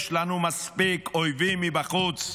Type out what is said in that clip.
יש לנו מספיק אויבים מבחוץ,